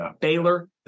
Baylor